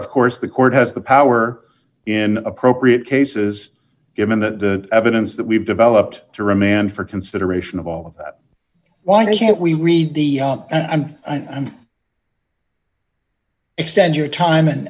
of course the court has the power in appropriate cases given the evidence that we've developed to remand for consideration of all of that why he can't we read the i'm i'm extend your time and